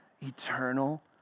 Eternal